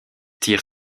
tire